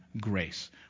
grace